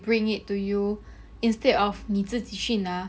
bring it to you instead of 你自己去拿